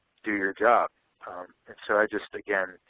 do your job. and so i just, again,